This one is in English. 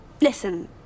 Listen